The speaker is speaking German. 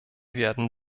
werden